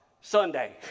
Sunday